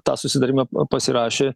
tą susitarimą pasirašė